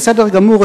בסדר גמור,